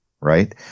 right